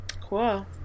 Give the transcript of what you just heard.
cool